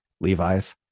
Levi's